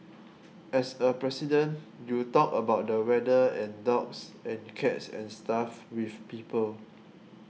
as a President you talk about the weather and dogs and cats and stuff with people